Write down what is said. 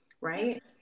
right